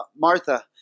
Martha